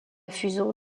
fusion